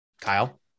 Kyle